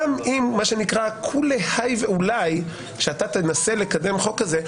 גם אם כולי האי ואולי כשאתה תנסה לקדם חוק כזה,